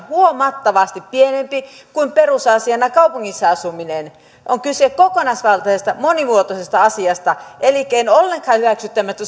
huomattavasti pienempi kuin perusasiana kaupungissa asuvilla on kyse kokonaisvaltaisesta monimuotoisesta asiasta elikkä en ollenkaan hyväksy tämmöistä